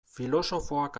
filosofoak